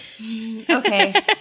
Okay